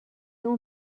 اون